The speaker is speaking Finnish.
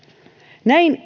näin